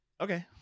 okay